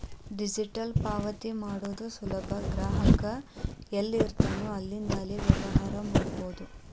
digital ಪಾವತಿ ಮಾಡೋದು ಸುಲಭ ಗ್ರಾಹಕ ಎಲ್ಲಿರ್ತಾನೋ ಅಲ್ಲಿಂದ್ಲೇ ವ್ಯವಹಾರ ಮಾಡಬೋದು